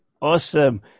Awesome